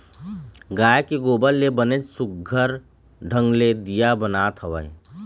गाय के गोबर ले बनेच सुग्घर ढंग ले दीया बनात हवय